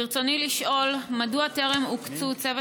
ברצוני לשאול: 1. מדוע טרם הוקצה